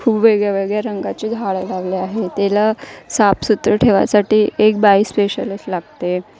खूप वेगळ्यावेगळ्या रंगाची झाडं लावले आहे तेला साफसुथरं ठेवायसाठी एक बाई स्पेशलिस्ट लागते